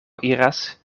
iras